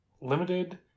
limited